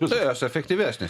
tai jos efektyvesnės